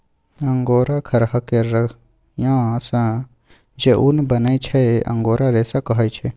angora खरहा केर रुइयाँ सँ जे उन बनै छै अंगोरा रेशा कहाइ छै